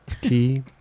key